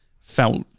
felt